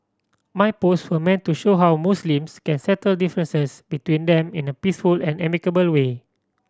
my post were meant to show how Muslims can settle differences between them in a peaceful and amicable way